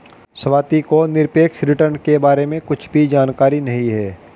स्वाति को निरपेक्ष रिटर्न के बारे में कुछ भी जानकारी नहीं है